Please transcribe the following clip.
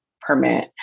permit